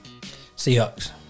Seahawks